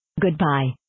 Goodbye